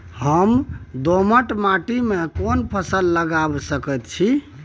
हम दोमट माटी में कोन फसल लगाबै सकेत छी?